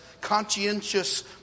conscientious